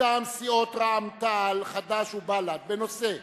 מטעם סיעות רע"ם-תע"ל, חד"ש ובל"ד בנושא: